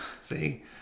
see